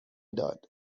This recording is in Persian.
داد